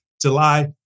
July